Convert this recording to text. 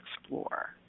explore